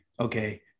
Okay